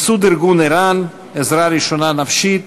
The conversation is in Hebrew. ייסוד ארגון ער"ן - עזרה ראשונה נפשית,